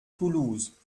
toulouse